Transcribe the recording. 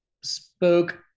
spoke